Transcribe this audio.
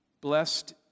Blessed